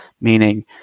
meaning